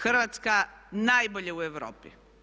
Hrvatska najbolje u Europi.